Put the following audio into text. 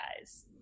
guys